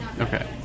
Okay